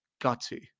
gutsy